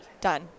Done